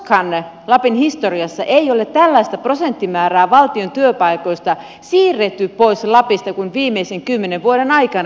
koskaan lapin historiassa ei ole tällaista prosenttimäärää valtion työpaikoista siirretty pois lapista kuin viimeisen kymmenen vuoden aikana